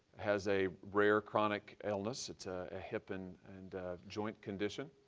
has a rare chronic illness. it's ah a hip and and joint condition,